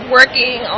working